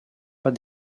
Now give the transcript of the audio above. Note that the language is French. pas